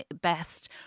best